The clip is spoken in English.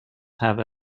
have